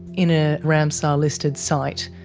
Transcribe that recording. in a ramsar listed site,